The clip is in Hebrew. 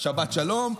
שבת שלום,